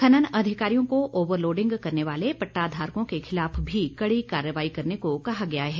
खनन अधिकारियों को ओवर लोडिंग करने वाले पट्टा धारकों के खिलाफ भी कड़ी कार्रवाई करने को कहा गया है